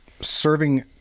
serving